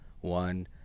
One